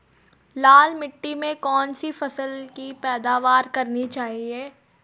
लाल मिट्टी में कौन सी फसल की पैदावार करनी चाहिए?